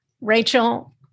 Rachel